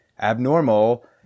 abnormal